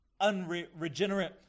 unregenerate